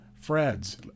Fred's